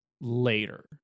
later